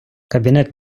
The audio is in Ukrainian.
кабінет